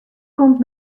komt